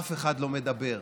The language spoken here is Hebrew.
אף אחד לא מדבר,